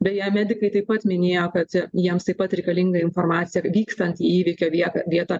beje medikai taip pat minėjo kad jiems taip pat reikalinga informacija vykstant į įvykio vietą vietą